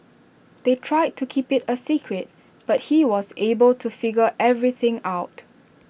they tried to keep IT A secret but he was able to figure everything out